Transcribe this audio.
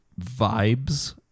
vibes